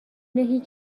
هیچ